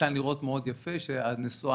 ניתן לראות מאוד יפה ש --- ירדה,